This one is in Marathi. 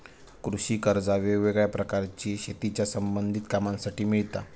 कृषि कर्जा वेगवेगळ्या प्रकारची शेतीच्या संबधित कामांसाठी मिळता